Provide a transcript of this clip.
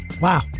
Wow